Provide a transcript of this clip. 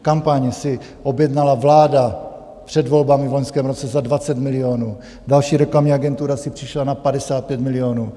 Kampaň si objednala vláda před volbami v loňském roce za 20 milionů, další reklamní agentura si přišla na 55 milionů.